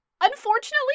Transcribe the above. unfortunately